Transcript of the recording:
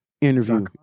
interview